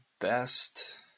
best